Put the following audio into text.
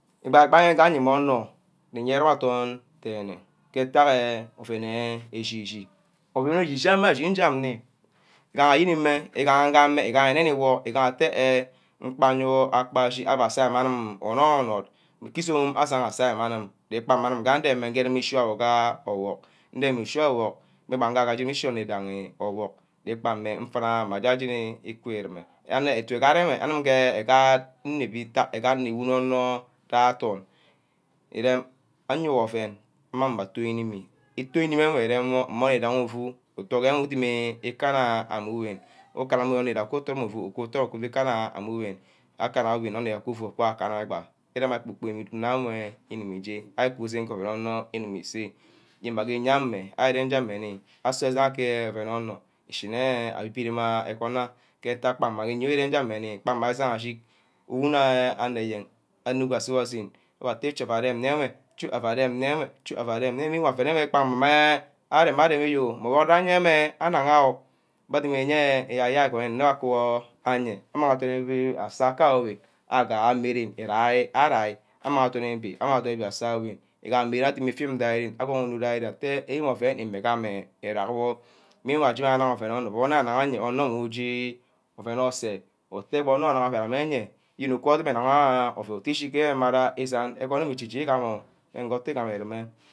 Ibai-bai aje mmeh onor niye irug adoen dene, ke nkege ouen eh echi-chi, ouen echi-chi ngam nni, igaha ayenimeh, igaha gam, igaha nne nni work eh eduwor atte gba yewor aka zhi aua zeh mma anim onoi-onoid, nke izome asigah awor ogbog, nreme ishi wor ebog, bangeh arear rimeh, ishi onor widaghi obuck, je mfuna mma jeni ah jeni irumeh, anor ke otu egad enwe me ntack anim nnebi ke anor ke adkrn. Onor udunor ouen amang meh atune inebbi, itune enwe irem wor, mmeh onor idangi ifu akana meh onor uwen, je onor widagi iku ifu akana meh gba, imang meh kpor-kpork una udyme ije, ari gume ka ouen onor nnuseh, ye mma gee iyameh aseh zen nna ke ouen onor ishineh abi-birima agwon ayo, ntak kpa meh iyona meni, gba mma aseha ashi uwuneh anor eyen, anor goid ase wor enye choi aua reme nne ewe, choi aua rembnne oien wie ka rem areme yo, meh odor ayemr unagha oh. Abeh adumiye eyerk eyerk agwon wor ayeah. Amang odunibi aseh aka-ka yo ke ren, aga amerem irai arai amang oduni-bi, amang ondini ibi aseh awini, igaha adim ifim ga ren. Agohunu ja ren atteh igama ouen ime gameh è rack wor, main while ari aje-ma anang oven onor wor anung anaya, onor wor ije ouen oseh, utteh gba onor ureme ouen ameh yeah yene ukwa nsort imagha ouen utteh ushi gahara izan, ichi gamah wor nge oudorn utu igama urumeh.